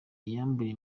yambuye